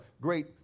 great